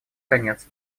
конец